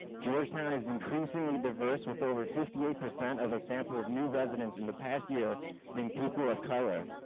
georgetown is increasingly diverse with over fifty eight percent of a sample of new residents in the past year being people of color.